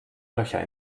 löcher